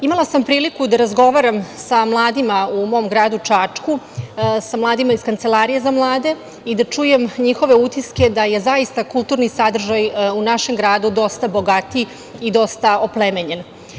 Imala sam priliku da razgovaram sa mladima u mom gradu Čačku, sa mladima iz Kancelarije za mlade i da čujem njihove utiske da je zaista kulturni sadržaj u našem gradu dosta bogatiji i dosta oplemenjen.